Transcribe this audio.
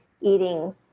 eating